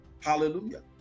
Hallelujah